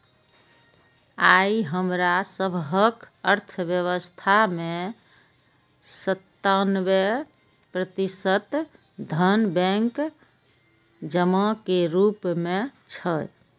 आइ हमरा सभक अर्थव्यवस्था मे सत्तानबे प्रतिशत धन बैंक जमा के रूप मे छै